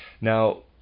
Now